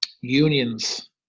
unions